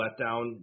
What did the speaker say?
letdown